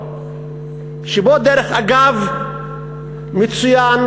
שבו דרך אגב מצוין,